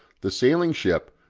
the sailing ship,